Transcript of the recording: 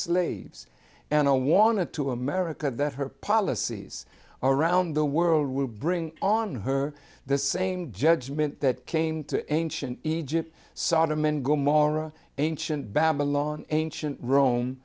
slaves and i wanted to america that her policies around the world would bring on her the same judgment that came to ensure egypt sodom and gomorrah ancient babylon ancient rome